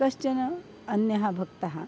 कश्चन अन्यः भक्तः